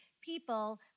people